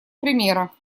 примера